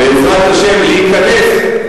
בעזרת השם להיכנס.